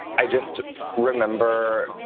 i just remember